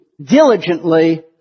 Diligently